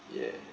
yeah